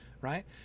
right